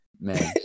Man